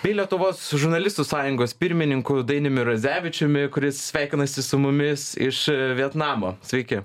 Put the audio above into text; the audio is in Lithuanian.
bei lietuvos žurnalistų sąjungos pirmininku dainiumi radzevičiumi kuris sveikinasi su mumis iš vietnamo sveiki